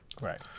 right